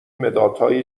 مدادهایی